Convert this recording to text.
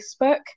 Facebook